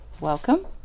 Welcome